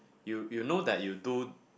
you you know that you do